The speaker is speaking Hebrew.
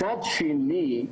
מצד שני,